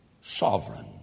sovereign